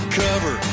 cover